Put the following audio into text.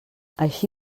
així